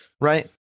right